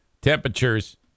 Temperatures